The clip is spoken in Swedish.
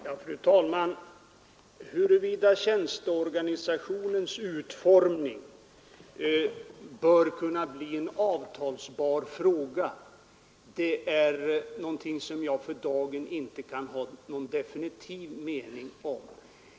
Fru talman! Jag kan inte för dagen ha någon definitiv mening om huruvida tjänsteorganisationens utformning bör kunna bli avtalsbar. Med tanke på riksdagens suveränitet torde en sådan avtalsbarhet innebära problem.